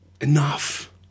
Enough